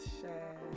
share